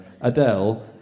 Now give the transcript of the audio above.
Adele